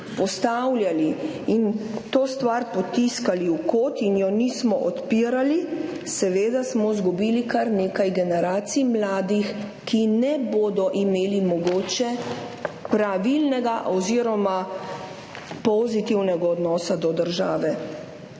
postavljali in to stvar potiskali v kot in je nismo odpirali, smo seveda izgubili kar nekaj generacij mladih, ki mogoče ne bodo imeli pravilnega oziroma pozitivnega odnosa do države.